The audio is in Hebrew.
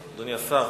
אדוני השר,